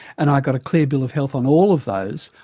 and i got a clear bill of health on all of those.